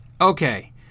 Okay